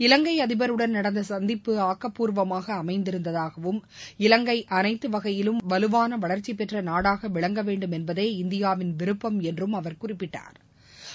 இலங்கை அதிபருடன் நடந்த சந்திப்பு ஆக்கபூர்வமாக அமைந்திருந்ததாகவும் இலங்கை அனைத்து வகையிலும் வலுவான வளர்ச்சி பெற்ற நாடாக விளங்கவேண்டும் என்பதே இந்தியாவின் விருப்பம் என்று அவர் குறிப்பிட்டா்